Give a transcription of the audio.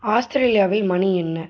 ஆஸ்திரேலியாவில் மணி என்ன